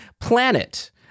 planet